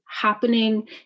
happening